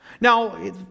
Now